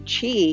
Chi